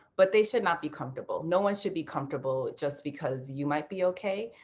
but they should not be comfortable. no one should be comfortable just because you might be okay.